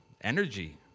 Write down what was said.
energy